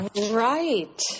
Right